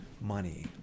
money